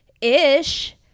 ish